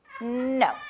No